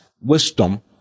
wisdom